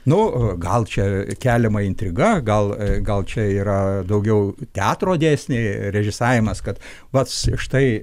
nu gal čia keliama intriga gal gal čia yra daugiau teatro dėsniai režisavimas kad bac štai